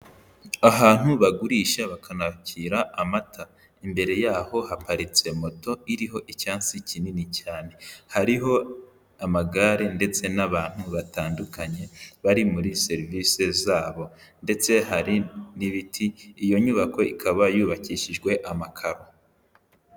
Ahantu bagurisha bakanakira amata, imbere yaho haparitse moto iriho icyansi kinini cyane, hariho amagare ndetse n'abantu batandukanye, bari muri serivisi zabo ndetse hari n'ibiti, iyo nyubako ikaba yubakishijwe amakaro.